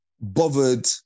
bothered